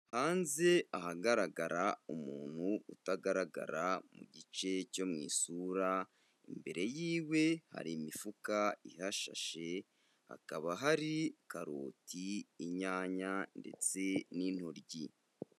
Hanze ahagaragara umuntu utagaragara mu gice cyo mu isura, imbere y'iwe hari imifuka ihashashe, hakaba hari karoti, inyanya ndetse n'intoryi.